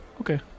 okay